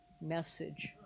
message